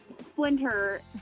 splinter